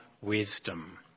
wisdom